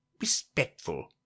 respectful